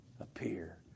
appear